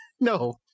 no